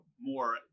more